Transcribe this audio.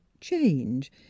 change